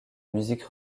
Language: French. musique